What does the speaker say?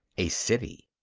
a city.